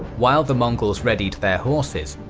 while the mongols readied their horses,